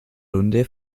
runde